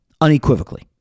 unequivocally